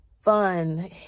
fun